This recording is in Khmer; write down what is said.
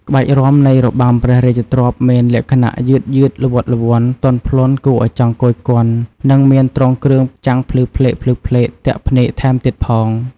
ក្បាច់រាំនៃរបាំព្រះរាជទ្រព្យមានលក្ខណៈ យឺតៗ ល្វត់ល្វន់ ទន់ភ្លន់គួរឱ្យចង់គយគន់ និងមានទ្រង់គ្រឿងចាំងភ្លឺផ្លេកៗទាក់ភ្នែកថែមទៀតផង។